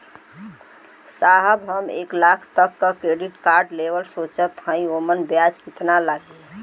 साहब हम एक लाख तक क क्रेडिट कार्ड लेवल सोचत हई ओमन ब्याज कितना लागि?